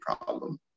problem